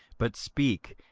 but speak,